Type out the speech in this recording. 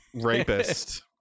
Rapist